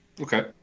Okay